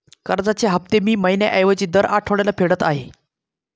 कर्जाचे हफ्ते मी महिन्या ऐवजी दर आठवड्याला फेडत आहे